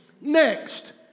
Next